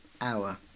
hour